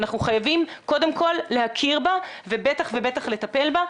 אנחנו חייבים קודם כל להכיר בה ובטח ובטח לטפל בה.